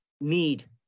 need